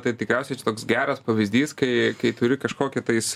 tai tikriausiai čia toks geras pavyzdys kai kai turi kažkokį tais